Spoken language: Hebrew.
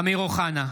(קורא בשמות חברי הכנסת) אמיר אוחנה,